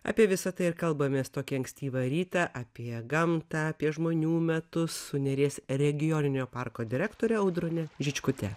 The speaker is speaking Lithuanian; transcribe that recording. apie visa tai ir kalbamės tokį ankstyvą rytą apie gamtą apie žmonių metus su neries regioninio parko direktore audrone žičkute